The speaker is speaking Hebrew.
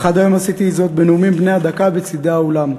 אך עד היום עשיתי זאת בנאומים בני הדקה בצדי האולם.